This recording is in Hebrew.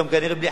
בלי חקיקה,